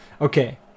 okay